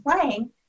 playing